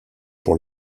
pour